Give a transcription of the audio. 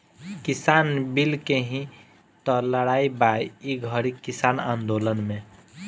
किसान बिल के ही तअ लड़ाई बा ई घरी किसान आन्दोलन में